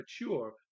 mature